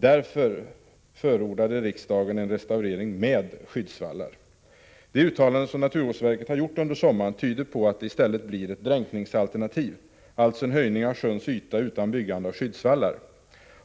Därför förordade riksdagen en restaurering med skyddsvallar. De uttalanden som naturvårdsverket har gjort under sommaren tyder på att det i stället blir ett ”dränkningsalternativ”, alltså en höjning av sjöns yta utan byggande av skyddsvallar.